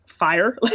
fire